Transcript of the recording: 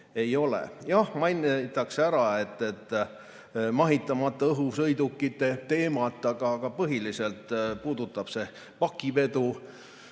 Jah, mainitakse mehitamata õhusõidukite teemat, aga põhiliselt puudutab see pakivedu.